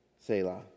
Selah